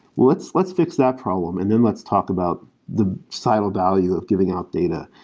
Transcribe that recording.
let's let's fix that problem and then let's talk about the so value of giving out data.